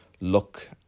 look